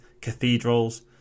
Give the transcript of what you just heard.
cathedrals